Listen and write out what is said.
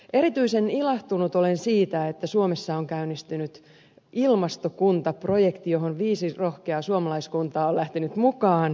erityisen ilahtunut olen siitä että suomessa on käynnistynyt ilmastokuntaprojekti johon viisi rohkeaa suomalaiskuntaa on lähtenyt mukaan